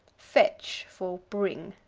fetch for bring.